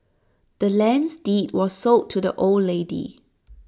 the land's deed was sold to the old lady